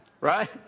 right